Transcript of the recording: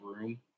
room